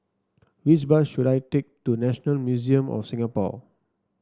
which bus should I take to National Museum of Singapore